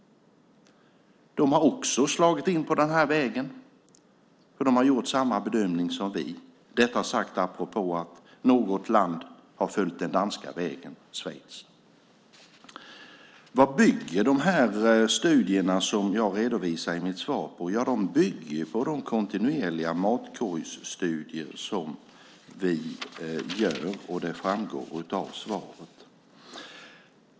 De har också slagit in på den här vägen eftersom de har gjort samma bedömning som vi, detta sagt apropå att något land har följt den danska vägen, nämligen Schweiz. Vad bygger de studier som jag redovisade i mitt svar på? Ja, de bygger på de kontinuerliga matkorgsstudier som vi gör, och det framgår av svaret.